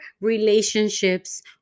relationships